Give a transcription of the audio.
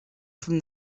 from